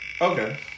Okay